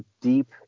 deep